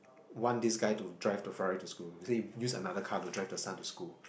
want this guy to drive the Ferrari to school they say use another car to drive the son to school